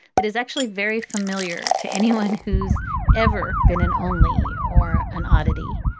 that is actually very familiar to anyone who's ever been an only or an oddity,